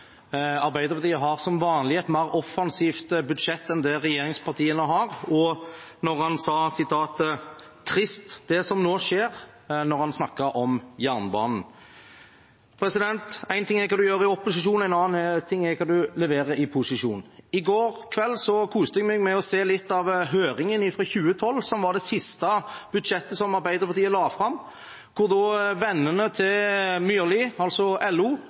Arbeiderpartiet som vanlig har et mer offensivt budsjett enn det regjeringspartiene har, og da han sa det er trist, det som nå skjer, da han snakket om jernbanen. Én ting er hva man gjør i opposisjon, enn annen hva man leverer i posisjon. I går kveld koste jeg meg med å se på litt av høringen fra 2012 til det siste budsjettet som Arbeiderpartiet la fram. Da var LO, vennene til Myrli,